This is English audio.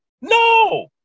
No